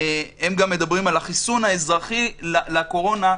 הם מדברים גם על החיסון האזרחי לקורונה,